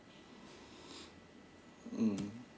mm